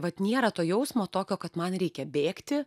vat nėra to jausmo tokio kad man reikia bėgti